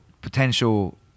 potential